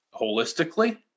holistically